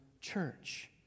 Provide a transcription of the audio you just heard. church